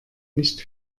nicht